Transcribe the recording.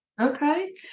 Okay